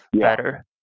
better